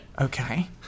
Okay